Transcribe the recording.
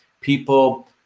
people